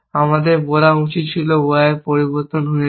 আমাদের বলা উচিত ছিল Y এর পরিবর্তন হয়েছে